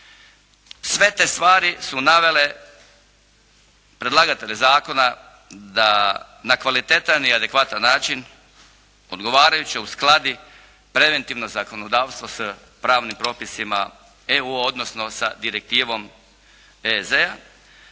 Sve te stvari su navele predlagatelje zakona da na kvalitetan i adekvatan način odgovarajuće uskladi preventivno zakonodavstvo s pravnim propisima EU, odnosno sa direktivom EZ-a,